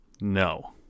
No